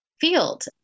field